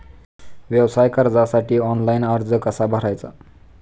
व्यवसाय कर्जासाठी ऑनलाइन अर्ज कसा भरायचा?